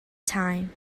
time